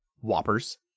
Whoppers